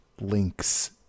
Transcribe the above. links